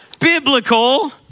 biblical